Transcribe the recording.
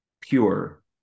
pure